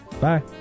Bye